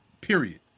period